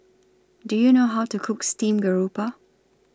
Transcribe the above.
Do YOU know How to Cook Steamed Garoupa